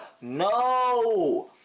No